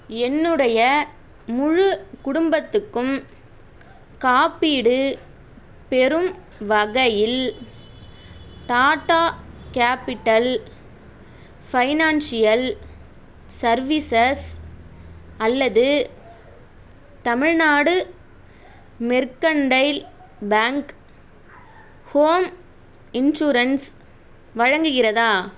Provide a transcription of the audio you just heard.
என்னுடைய முழு குடும்பத்துக்கும் காப்பீடு பெறும் வகையில் டாடா கேபிட்டல் ஃபைனான்ஷியல் சர்வீசஸ் அல்லது Tamil Nadu mercantile bank home insurance வழங்குகிறதா